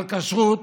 על כשרות,